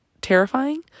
terrifying